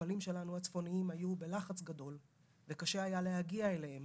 כשהמטופלים שלנו הצפוניים היו בלחץ גדול וקשה היה להגיע אליהם